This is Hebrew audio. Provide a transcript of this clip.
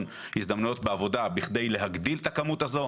הזדמנויות בעבודה כדי להגדיל את הכמות הזאת.